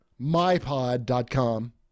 Mypod.com